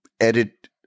edit